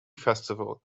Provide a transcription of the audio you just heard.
festival